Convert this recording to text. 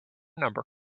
number